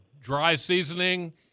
dry-seasoning